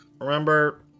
Remember